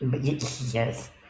yes